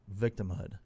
Victimhood